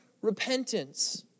Repentance